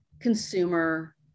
consumer